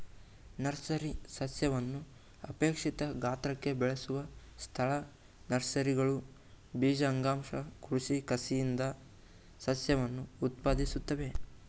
nursery ಸಸ್ಯವನ್ನು ಅಪೇಕ್ಷಿತ ಗಾತ್ರಕ್ಕೆ ಬೆಳೆಸುವ ಸ್ಥಳ ನರ್ಸರಿಗಳು ಬೀಜ ಅಂಗಾಂಶ ಕೃಷಿ ಕಸಿಯಿಂದ ಸಸ್ಯವನ್ನು ಉತ್ಪಾದಿಸುತ್ವೆ